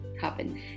happen